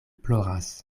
ploras